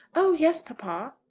oh yes, papa.